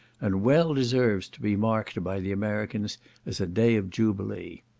and well deserves to be marked by the americans as a day of jubilee.